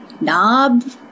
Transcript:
knob